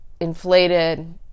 inflated